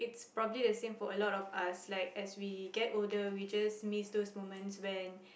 it's probably the same for a lot of us like as we get older we just miss those moments when